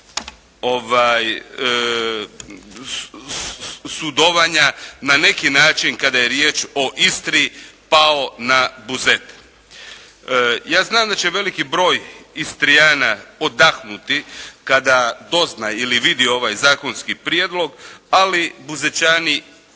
sudovanja na neki način kada je riječ o Istri pao na Buzet. Ja znam da će veliki broj Istrijana odahnuti kada dozna ili vidi ovaj zakonski prijedlog, ali Buzećani